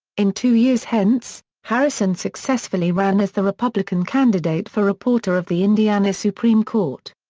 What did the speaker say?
in two years hence, harrison successfully ran as the republican candidate for reporter of the indiana supreme court.